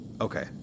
Okay